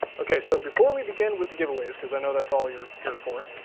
okay, so before we begin with the giveaways because i know that's all you're here for,